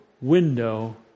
window